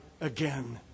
Again